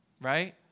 right